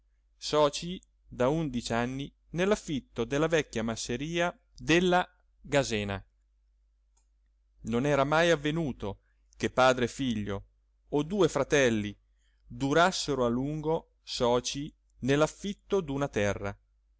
soci da undici anni nell'affitto della vecchia masseria della gasena non era mai avvenuto che padre e figlio o due fratelli durassero a lungo soci nell'affitto d'una terra